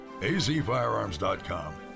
azfirearms.com